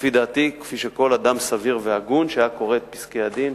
ולפי דעתי כפי שכל אדם סביר והגון שהיה קורא את פסקי-הדין